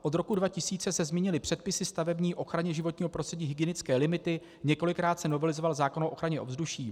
Od roku 2000 se změnily předpisy stavební, o ochraně životního prostředí, hygienické limity, několikrát se novelizoval zákon o ochraně ovzduší.